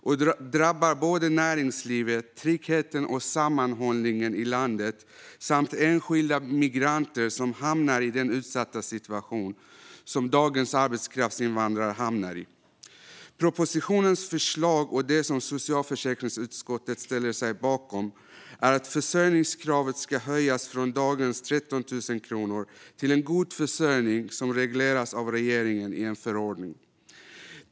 Det drabbar både näringslivet, tryggheten och sammanhållningen i landet samt enskilda migranter som hamnar i den utsatta situation som dagens arbetskraftsinvandrare hamnar i. Propositionens förslag och det som socialförsäkringsutskottet ställer sig bakom är att försörjningskravet ska höjas från dagens 13 000 kronor till en god försörjning som regleras av regeringen i en förordning.